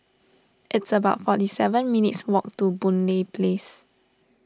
it's about forty seven minutes' walk to Boon Lay Place